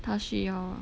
他需要